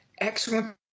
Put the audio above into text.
excellent